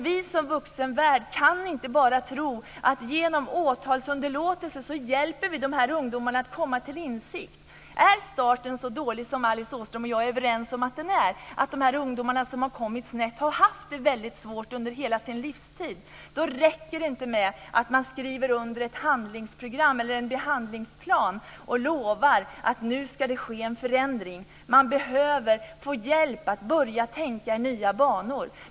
Vi som vuxna kan inte bara tro att genom åtalsunderlåtelse hjälper vi ungdomarna att komma till insikt. Är starten så dålig som Alice Åström och jag är överens om att den är, att ungdomarna som har kommit snett har haft det väldigt svårt under hela sin livstid, räcker det inte med att man skriver under ett handlingsprogram eller en behandlingsplan och lovar att det ska ske en förändring. Man behöver få hjälp med att börja tänka i nya banor.